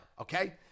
Okay